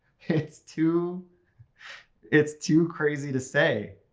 it's too it's too crazy to say!